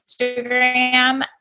Instagram